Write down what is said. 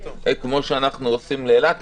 כמו שאנחנו עושים לאילת.